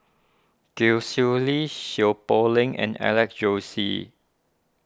Gwee Sui Li Seow Poh Leng and Alex Josey